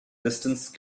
distance